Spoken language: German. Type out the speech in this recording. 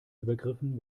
übergriffen